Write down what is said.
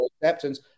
acceptance